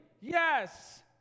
Yes